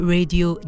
Radio